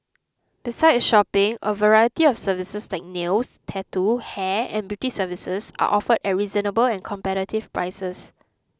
besides shopping a variety of services like nails tattoo hair and beauty services are offered at reasonable and competitive prices